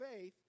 faith